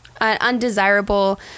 undesirable